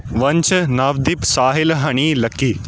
Vansh Navdeep Sahil Honey Lucky